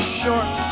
short